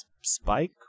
Spike